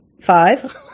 Five